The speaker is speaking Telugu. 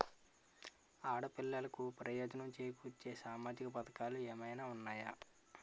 ఆడపిల్లలకు ప్రయోజనం చేకూర్చే సామాజిక పథకాలు ఏమైనా ఉన్నాయా?